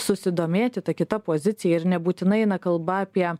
susidomėti ta kita pozicija ir nebūtinai eina kalba apie